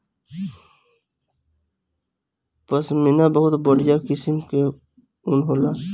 पश्मीना बहुत बढ़िया किसिम कअ ऊन होला